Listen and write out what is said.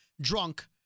drunk